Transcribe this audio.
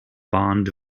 bond